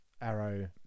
Arrow